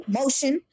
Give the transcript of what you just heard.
motion